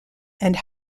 and